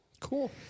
Cool